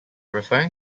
referring